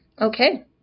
Okay